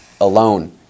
alone